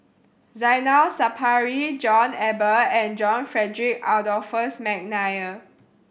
Zainal Sapari John Eber and John Frederick Adolphus McNair